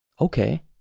Okay